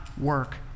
work